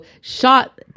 shot